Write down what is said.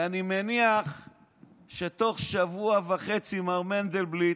ואני מניח שתוך שבוע וחצי, מר מנדלבליט,